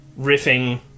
riffing